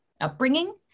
upbringing